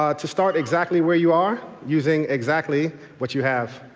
ah to start exactly where you are using exactly what you have.